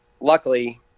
luckily